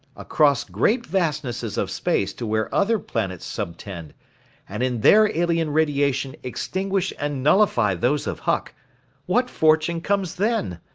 across great vastnesses of space to where other planets subtend and in their alien radiation extinguish and nullify those of huck what fortune comes then?